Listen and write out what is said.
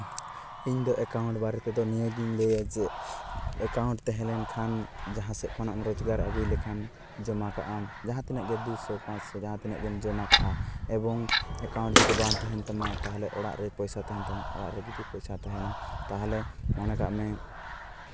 ᱤᱧ ᱫᱚ ᱮᱠᱟᱣᱩᱱᱴ ᱵᱟᱨᱮ ᱛᱮᱫᱚ ᱱᱤᱭᱟᱹ ᱜᱤᱧ ᱞᱟᱹᱭᱟ ᱡᱮ ᱮᱠᱟᱣᱩᱱᱴ ᱛᱮᱦᱮᱞᱮᱱᱠᱷᱟᱱ ᱡᱟᱦᱟᱸ ᱥᱮᱡ ᱠᱷᱚᱱᱟᱜ ᱮᱢ ᱨᱳᱡᱜᱟᱨ ᱟᱹᱜᱩ ᱞᱮᱠᱷᱟᱱ ᱡᱚᱢᱟ ᱠᱟᱜᱼᱟᱢ ᱡᱟᱦᱟᱸ ᱛᱤᱱᱟᱹᱜ ᱜᱮ ᱫᱩ ᱥᱚ ᱯᱟᱸᱥ ᱥᱚ ᱡᱟᱦᱟᱸ ᱛᱤᱱᱟᱹᱜ ᱜᱮᱢ ᱡᱚᱢᱟ ᱠᱟᱜᱼᱟ ᱮᱵᱚᱝ ᱮᱠᱟᱣᱩᱱᱴ ᱡᱩᱫᱤ ᱵᱟᱝ ᱛᱟᱦᱮᱱ ᱛᱟᱢᱟ ᱛᱟᱦᱚᱞᱮ ᱚᱲᱟᱜ ᱨᱮ ᱯᱚᱭᱥᱟ ᱛᱟᱦᱮᱱ ᱛᱟᱢᱟ ᱚᱲᱟᱜ ᱨᱮ ᱡᱩᱫᱤ ᱯᱚᱭᱥᱟ ᱛᱟᱦᱮᱱᱟ ᱛᱟᱦᱚᱞᱮ ᱢᱚᱱᱮ ᱠᱟᱜ ᱢᱮ